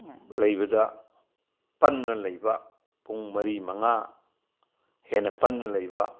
ꯂꯩꯕꯗ ꯄꯟꯗꯅ ꯂꯩꯕ ꯄꯨꯡ ꯃꯔꯤ ꯃꯉꯥ ꯍꯦꯟꯅ ꯄꯟꯅ ꯂꯩꯕ